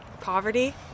Poverty